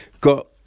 got